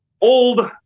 old